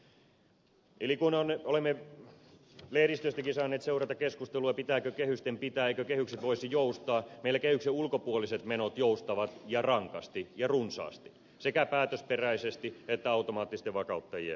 eli kun olemme lehdistöstäkin saaneet seurata keskustelua pitääkö kehysten pitää eivätkö kehykset voisi joustaa meillä kehyksen ulkopuoliset menot joustavat ja rankasti ja runsaasti sekä päätösperäisesti että automaattisten vakauttajien toimesta